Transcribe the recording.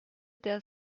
der